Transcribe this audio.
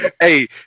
hey